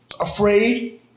afraid